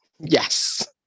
yes